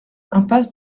impasse